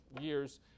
years